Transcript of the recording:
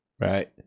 right